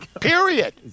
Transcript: Period